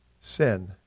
sin